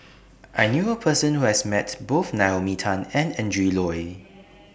I knew A Person Who has Met Both Naomi Tan and Adrin Loi